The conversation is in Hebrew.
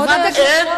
כבוד היושב-ראש.